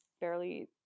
barely